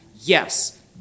Yes